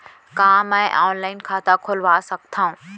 का मैं ऑनलाइन खाता खोलवा सकथव?